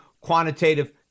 quantitative